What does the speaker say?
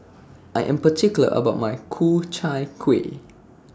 I Am particular about My Ku Chai Kueh